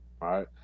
right